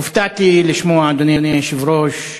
הופתעתי לשמוע, אדוני היושב-ראש,